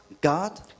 God